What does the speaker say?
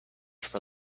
for